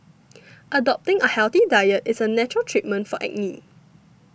adopting a healthy diet is a natural treatment for acne